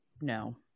No